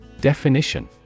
Definition